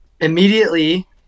Immediately